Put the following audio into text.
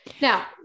Now